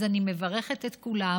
אז אני מברכת את כולם,